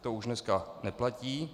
To už dnes neplatí.